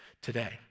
today